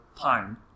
time